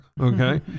okay